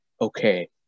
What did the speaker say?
Okay